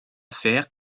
fer